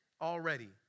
already